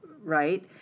right